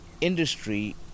industry